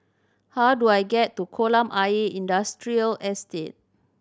how do I get to Kolam Ayer Industrial Estate